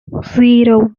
zero